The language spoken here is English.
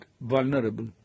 vulnerable